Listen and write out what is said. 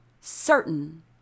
certain